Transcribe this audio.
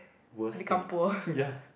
worst thing ya